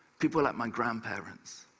people like my grandparents.